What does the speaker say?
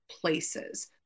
places